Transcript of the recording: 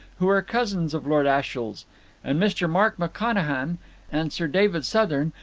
who are cousins of lord ashiel's and mr. mark mcconachan and sir david southern,